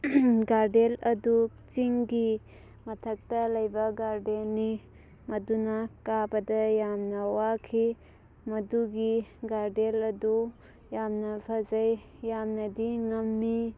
garden ꯑꯗꯨ ꯆꯤꯡꯒꯤ ꯃꯊꯛꯇ ꯂꯩꯕ ꯒꯥꯔꯗꯦꯟꯅꯤ ꯑꯗꯨꯅ ꯀꯥꯕꯗ ꯌꯥꯝꯅ ꯋꯥꯈꯤ ꯃꯗꯨꯒꯤ ꯒꯥꯔꯗꯦꯟ ꯑꯗꯨ ꯌꯥꯝꯅ ꯐꯖꯩ ꯌꯥꯝꯅꯗꯤ ꯉꯝꯃꯤ